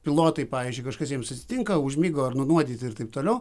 pilotai pavyzdžiui kažkas jiems atsitinka užmigo ar nunuodyti ir taip toliau